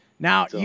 Now